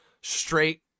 straight